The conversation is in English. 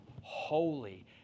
holy